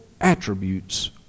attributes